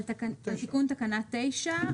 על תיקון תקנה 9,